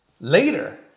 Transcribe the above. later